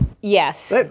yes